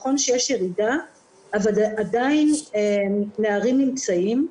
נכון שיש ירידה אבל עדיין נערים נמצאים.